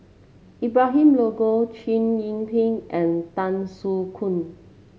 Abraham Logan Chow Yian Ping and Tan Soo Khoon